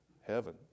Heaven